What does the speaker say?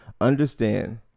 understand